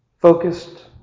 focused